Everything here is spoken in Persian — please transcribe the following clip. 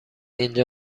اینجا